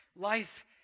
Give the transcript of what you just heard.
life